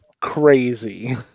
crazy